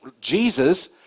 Jesus